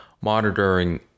monitoring